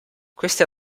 queste